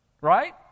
right